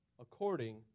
according